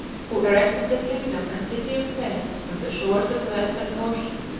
who erected the kingdom and city of fez on the shores of the western ocean.